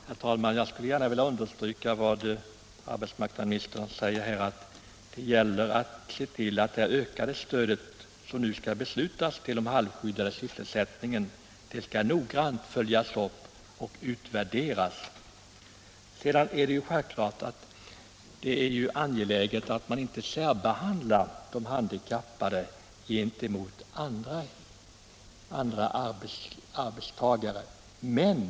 Herr talman! Jag skulle gärna vilja understryka vad arbetsmarknadsministern säger här, att det gäller att se till att det ökade stöd till den halvskyddade sysselsättningen som vi nu skall besluta om noggrant följs upp och utvärderas. Sedan är det självklart att det är angeläget att man inte särbehandlar de handikappade i förhållande till andra arbetstagare.